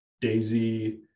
Daisy